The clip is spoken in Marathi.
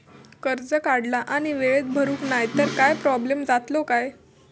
कर्ज काढला आणि वेळेत भरुक नाय तर काय प्रोब्लेम जातलो काय?